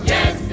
Yes